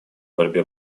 борьбе